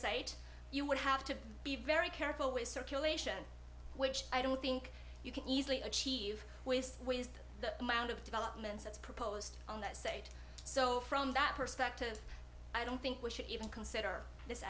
site you would have to be very careful with circulation which i don't think you can easily achieve waste wheezed the amount of developments that's proposed in that state so from that perspective i don't think we should even consider this